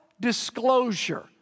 disclosure